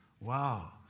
Wow